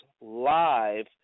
live